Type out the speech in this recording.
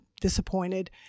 disappointed